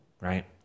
right